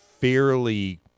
fairly